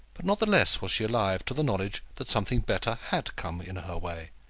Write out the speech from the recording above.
but not the less was she alive to the knowledge that something better had come in her way,